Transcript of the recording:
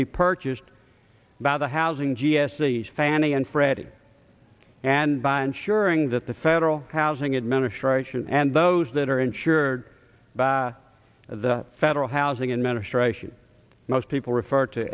be purchased by the housing g s t fannie and freddie and by ensuring that the federal housing administration and those that are insured by the federal housing administration most people refer to